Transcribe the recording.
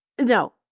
No